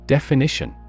Definition